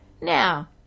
Now